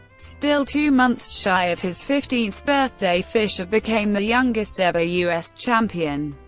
still two months shy of his fifteenth birthday, fischer became the youngest ever u s. champion.